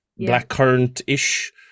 blackcurrant-ish